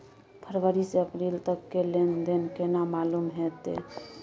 फरवरी से अप्रैल तक के लेन देन केना मालूम होते?